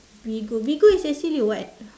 Bigo Bigo is actually what